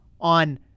on